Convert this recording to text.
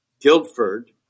Guildford